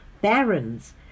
barons